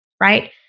right